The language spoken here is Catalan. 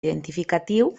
identificatiu